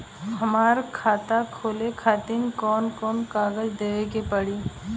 हमार खाता खोले खातिर कौन कौन कागज देवे के पड़ी?